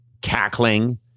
cackling